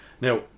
Now